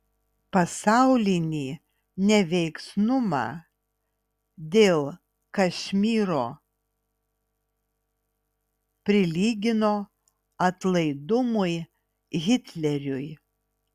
pasaulinį neveiksnumą dėl kašmyro prilygino atlaidumui hitleriui